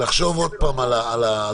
לחשוב עוד פעם על זה.